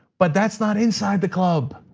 but that's not inside the club.